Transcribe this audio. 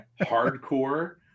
Hardcore